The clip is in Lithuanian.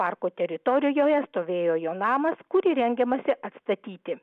parko teritorijoje stovėjo jo namas kurį rengiamasi atstatyti